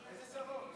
איזה שרות?